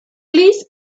please